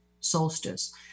solstice